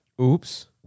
Oops